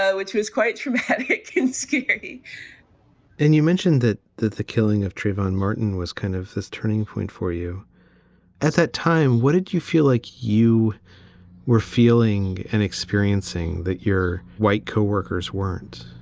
ah which was quite traumatic and scary then you mentioned that, that the killing of trayvon martin was kind of his turning point for you at that time. what did you feel like you were feeling and experiencing that your white co-workers weren't?